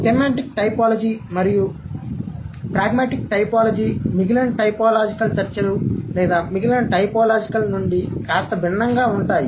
semantic typology మరియు pragmatic typology మిగిలిన typological చర్చలు లేదా మిగిలిన టైపోలాజికల్ నుండి కాస్త భిన్నంగా ఉంటాయి